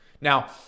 Now